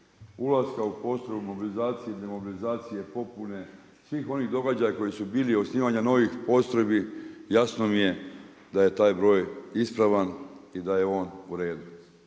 ulaska u …/Govornik se ne razumije./… svih onih događaja koji su bili u osnivanja novih postrojbi, jasno mi je da je taj broj ispravan i da je on u redu.